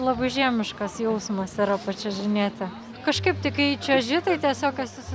labai žiemiškas jausmas yra pačiuožinėti kažkaip tai kai čiuoži tai tiesiog esi susi